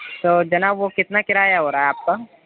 تو جناب وہ کتنا کرایہ ہو رہا ہے آپ کا